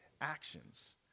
actions